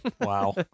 Wow